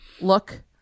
look